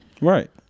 Right